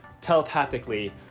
telepathically